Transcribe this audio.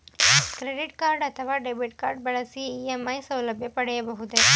Credit card ಅಥವಾ debit card ಬಳಸಿ EMI ಸೌಲಭ್ಯ ಪಡೆಯಬಹುದೇ?